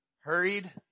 Hurried